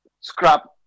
scrap